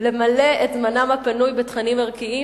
למלא את זמנם הפנוי בתכנים ערכיים,